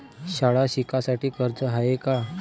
शाळा शिकासाठी कर्ज हाय का?